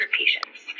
patients